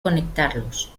conectarlos